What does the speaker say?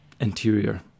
interior